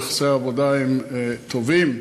יחסי העבודה הם טובים.